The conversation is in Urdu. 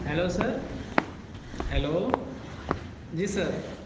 ہیلو سر ہیلو جی سر